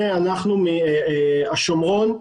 שנינו היחידים מהשומרון.